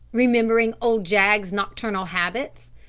remembering old jaggs's nocturnal habits.